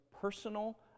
personal